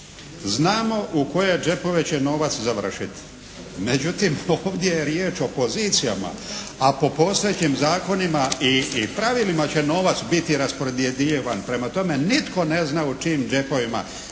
"Znamo u koje džepove će novac završiti". Međutim ovdje je riječ o pozicijama. A po postojećim zakonima i pravilima će novac biti raspodjeljivan. Prema tome nitko ne zna u čijim džepovima.